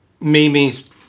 Mimi's